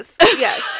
yes